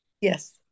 Yes